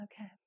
Okay